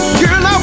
girl